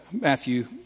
Matthew